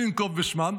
בלי לנקוב בשמן,